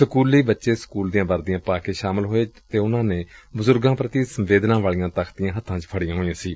ਸਕੂਲੀ ਬੱਚੇ ਸਕੂਲ ਦੀਆਂ ਵਰਦੀਆਂ ਪਾ ਕੇ ਸ਼ਾਮਲ ਹੋਏ ਅਤੇ ਉਨ੍ਹਾਂ ਨੇ ਬਜੁਰਗਾਂ ਪ੍ਤੀ ਸੰਵੇਦਨਾ ਵਾਲੀਆਂ ਤਖ਼ਤੀਆਂ ਹੱਥਾਂ ਚ ਫੜੀਆਂ ਹੋਈਆਂ ਸਨ